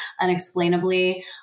unexplainably